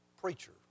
preacher